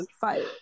fight